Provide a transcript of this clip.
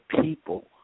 people